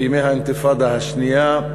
בימי האינתיפאדה השנייה,